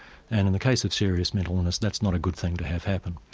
and in the case of serious mental illness that's not a good thing to have happen.